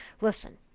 Listen